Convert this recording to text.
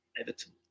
Everton